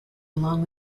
along